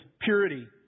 Purity